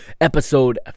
episode